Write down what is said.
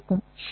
சரி